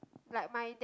like my that